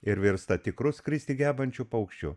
ir virsta tikru skristi gebančiu paukščiu